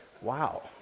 Wow